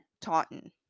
Taunton